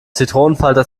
zitronenfalter